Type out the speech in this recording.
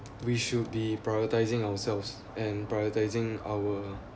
we should be prioritizing ourselves and prioritizing our